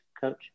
coach